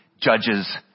judges